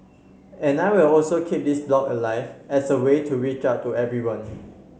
and I will also keep this blog alive as a way to reach out to everyone